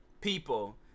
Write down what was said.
people